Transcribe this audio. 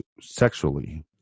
sexually